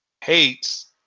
hates